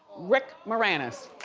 rick maranas.